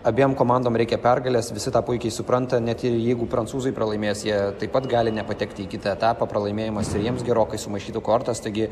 abiem komandom reikia pergalės visi tą puikiai supranta net ir jeigu prancūzai pralaimės jie taip pat gali nepatekti į kitą etapą pralaimėjimas ir jiems gerokai sumaišytų kortas taigi